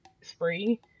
spree